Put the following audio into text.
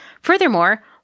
Furthermore